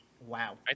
Wow